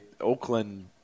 Oakland